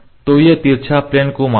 तो यह तिरछा प्लेन को मापेगा